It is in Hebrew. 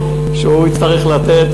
שהוא יצטרך לתת,